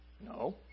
No